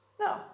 No